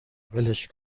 ولش